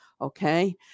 okay